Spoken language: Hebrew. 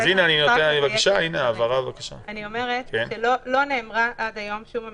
אני אומרת שלא נאמרה עד היום שום אמירה.